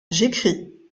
j’écris